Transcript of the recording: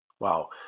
Wow